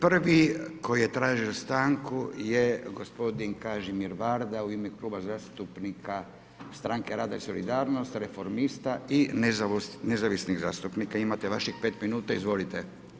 Prvi koji je tražio stanku je gospodin Kažimir Varda u ime Kluba zastupnika Stranke rada i solidarnost, Reformista i Nezavisnih zastupnika, imate vaših 5 minuta, izvolite.